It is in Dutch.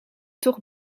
toch